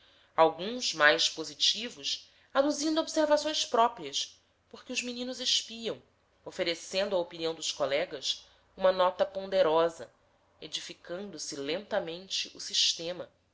alguns mais positivos aduzindo observações próprias porque os meninos espiam oferecendo à opinião dos colegas uma nota ponderosa edificando se lentamente o sistema